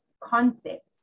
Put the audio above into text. concepts